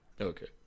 Okay